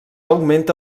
augmenta